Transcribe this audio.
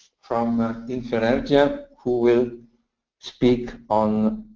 from infinergia, who will speak on